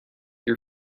your